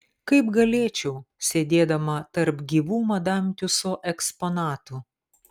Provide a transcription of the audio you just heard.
kaip galėčiau sėdėdama tarp gyvų madam tiuso eksponatų